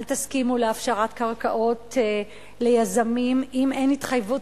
אל תסכימו להפשרת קרקעות ליזמים אם אין התחייבות